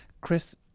Chris